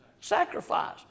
sacrifice